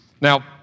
Now